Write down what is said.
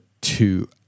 two